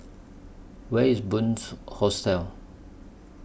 Where IS Bunce Hostel